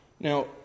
Now